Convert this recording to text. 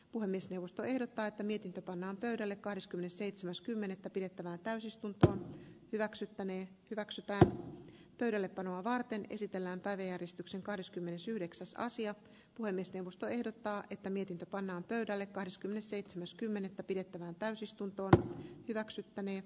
puhemiesneuvosto ehdottaa että mietintö pannaan pöydälle kahdeskymmenesseitsemäs kymmenettä pidettävään täysistunto hyväksyttäneen räksyttää pöydällepanoa varten esitellään päiväjärjestyksen kahdeskymmenesyhdeksäs easiat puhemiesneuvosto ehdottaa että mietintö pannaan pöydälle kahdeskymmenesseitsemäs kymmenettä pidettävään täysistunto hyväksyttäneen